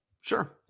Sure